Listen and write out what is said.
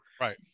Right